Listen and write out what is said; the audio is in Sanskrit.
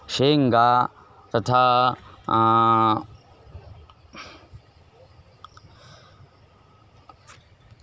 शेङ्गा तथा